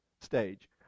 stage